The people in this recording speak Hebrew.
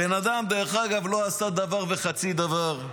דרך אגב, הבן אדם לא עשה דבר וחצי דבר.